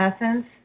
essence